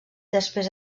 després